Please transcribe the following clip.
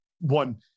one